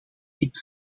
iets